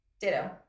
Ditto